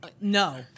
no